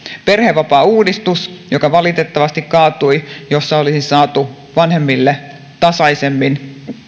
perhevapaauudistus valitettavasti kaatui jossa olisi vanhemmille tasaisemmin